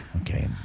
Okay